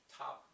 Top